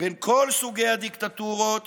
בין כל סוגי הדיקטטורות